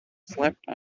slept